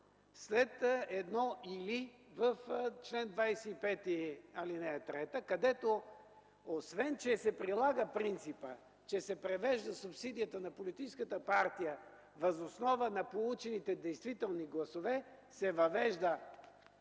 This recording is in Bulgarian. след едно „или” в чл. 25, ал. 3, където освен че се прилага принципът, че субсидията се превежда на политическата партия въз основа на получените действителни гласове, се въвежда